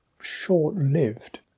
short-lived